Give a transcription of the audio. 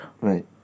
Right